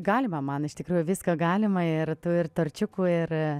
galima man iš tikrųjų viską galima ir ir torčiukų ir